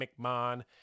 McMahon